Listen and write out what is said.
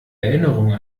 erinnerung